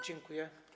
Dziękuję.